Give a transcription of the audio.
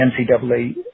NCAA